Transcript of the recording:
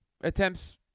attempts